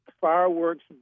fireworks